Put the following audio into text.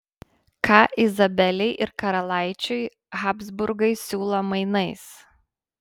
ką izabelei ir karalaičiui habsburgai siūlo mainais